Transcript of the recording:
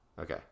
okay